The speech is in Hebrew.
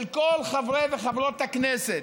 של כל חברי וחברות הכנסת,